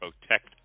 Protect